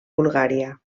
bulgària